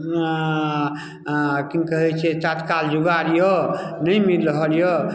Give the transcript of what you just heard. अऽ अऽ कि कहै छै तत्काल जोगाड़ यऽ नहि मिल रहल यऽ